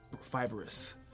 Fibrous